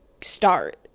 start